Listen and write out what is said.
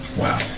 Wow